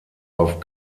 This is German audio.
auf